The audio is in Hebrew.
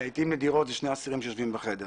לעתים נדירות אלה שני אסירים שיושבים בחדר.